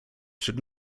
should